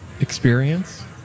experience